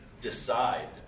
decide